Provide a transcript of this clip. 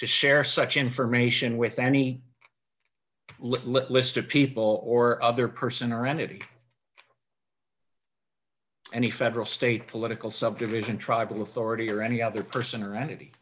to share such information with any let list of people or other person or entity any federal state political subdivision tribal authority or any other person or entity